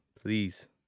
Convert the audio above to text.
Please